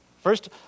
First